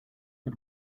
but